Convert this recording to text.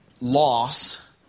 loss